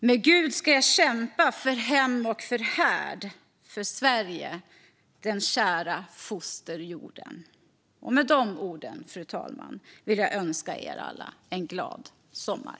- Med Gud ska jag kämpa, för hem och för härd, för Sverige, den kära fosterjorden. Med de orden, fru talman, vill jag önska er alla en glad sommar!